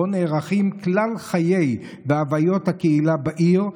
שבו נערכים כלל חיי הקהילה והווייתה בעיר.